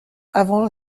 avant